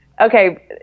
Okay